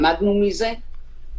למדנו מזה.